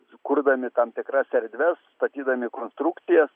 sukurdami tam tikras erdves statydami konstrukcijas